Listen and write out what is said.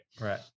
Right